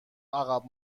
عقب